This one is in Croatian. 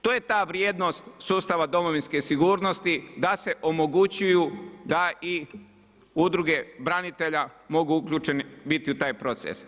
To je ta vrijednost sustava Domovinske sigurnosti, da se omogućuju da i udruge branitelja mogu uključene biti u taj proces.